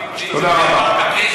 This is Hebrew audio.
תודה רבה.